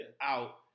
out